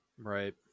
Right